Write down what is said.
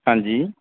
ਹਾਂਜੀ